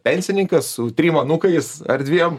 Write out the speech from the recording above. pensininkas su trim anūkais ar dviem